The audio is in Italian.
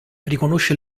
riconosce